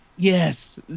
yes